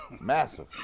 Massive